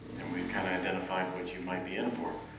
and we've kinda identified what you might be in for,